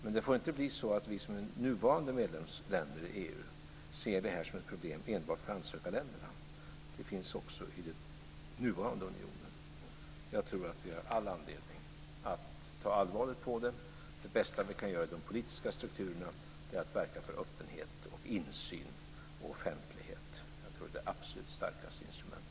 Men det får inte bli så att de nuvarande medlemsländerna i EU ser detta som ett problem enbart för ansökarländerna. Det finns också inom den nuvarande unionen. Jag tror att vi har all anledning att ta allvarligt på det. Det bästa som vi kan göra när det gäller de politiska strukturerna är att verka för öppenhet, insyn och offentlighet. Jag tror att det är det absolut starkaste instrumentet.